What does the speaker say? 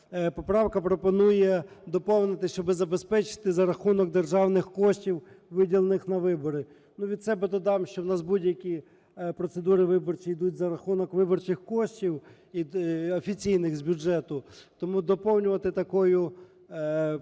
Поправка пропонує доповнити, щоб забезпечити за рахунок державних коштів, виділених на вибори. Ну, від себе додам, що в нас будь-які процедури виборчі йдуть за рахунок виборчих коштів офіційних з бюджету. Тому доповнювати таким,